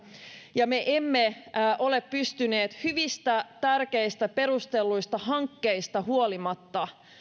ja me emme ole pystyneet hyvistä tärkeistä perustelluista hankkeista huolimatta